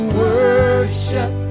worship